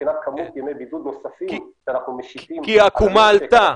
מבחינת כמות ימי בידוד נוספים שאנחנו משיתים --- כי העקומה עלתה.